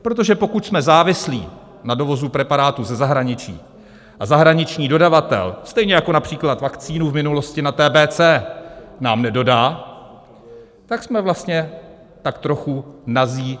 Protože pokud jsme závislí na dovozu preparátů ze zahraničí, a zahraniční dodavatel, stejně jako například vakcínu v minulosti na TBC nám nedodá, tak jsme vlastně tak trochu nazí v trní.